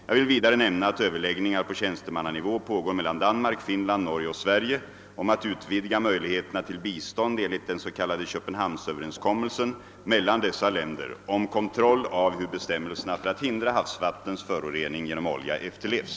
Jag vill vidare nämna att överläggningar på tjänstemannanivå pågår mellan Danmark, Finland, Norge och Sverige om att utvidga möjligheterna till bistånd enligt den s.k. Köpenhamnsöverenskommelsen mellan dessa länder om kontroll av hur bestämmelserna för att hindra havsvattnens förorening genom olja efterlevs.